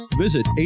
visit